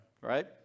right